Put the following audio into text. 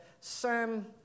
Sam